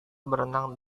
berenang